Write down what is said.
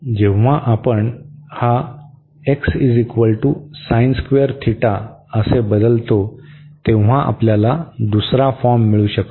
जेव्हा आपण हा x असे बदलवितो तेव्हा आपल्याला दुसरा फॉर्म मिळू शकतो